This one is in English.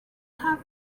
have